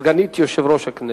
סגנית יושב-ראש הכנסת,